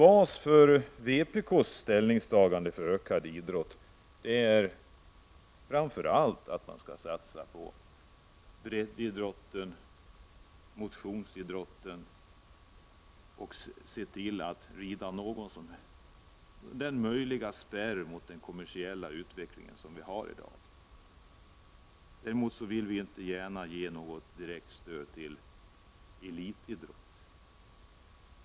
Basen för vpk:s ställningstagande för utökad idrott är framför allt att man skall satsa på breddidrotten, motionsidrotten och se till att skapa en spärr mot den kommersiella utvecklingen i dag. Däremot vill vpk inte gärna ge något direkt stöd till elitidrott.